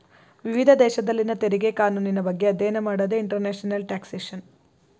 ವಿವಿಧ ದೇಶದಲ್ಲಿನ ತೆರಿಗೆ ಕಾನೂನಿನ ಬಗ್ಗೆ ಅಧ್ಯಯನ ಮಾಡೋದೇ ಇಂಟರ್ನ್ಯಾಷನಲ್ ಟ್ಯಾಕ್ಸ್ಯೇಷನ್